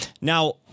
Now